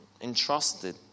entrusted